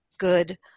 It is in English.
good